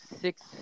six